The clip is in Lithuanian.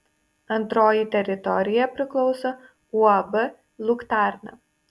antroji teritorija priklauso uab luktarna